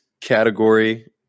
category